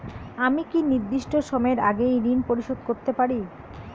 আমি কি নির্দিষ্ট সময়ের আগেই ঋন পরিশোধ করতে পারি?